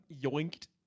yoinked